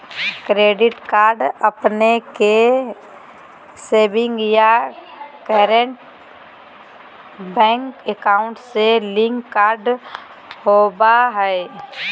debit card अपने के savings या करंट बैंक अकाउंट से लिंक्ड कार्ड होबा हइ